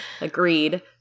agreed